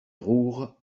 roure